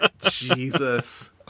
Jesus